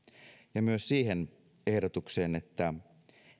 ja myös siihen ehdotukseen että